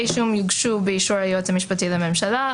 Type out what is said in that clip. אישום יוגשו באישור היועץ המשפטי לממשלה.